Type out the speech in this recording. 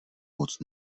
moc